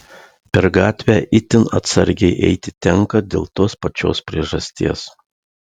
per gatvę itin atsargiai eiti tenka dėl tos pačios priežasties